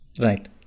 right